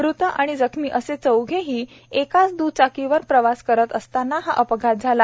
मृत आणि जखमी असे चौघंही एकाच द्रचाकीवर प्रवास करत असताना हा अपघात झाला